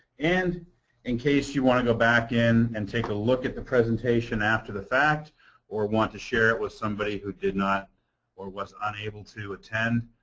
and in case you want to go back in and take a look at the presentation after the fact or want to share it with somebody who did not or was unable to attend,